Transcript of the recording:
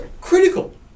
critical